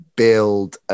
build